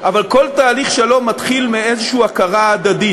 אבל כל תהליך שלום מתחיל מאיזו הכרה הדדית.